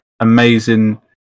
amazing